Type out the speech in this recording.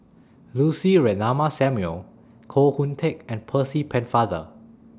Lucy Ratnammah Samuel Koh Hoon Teck and Percy Pennefather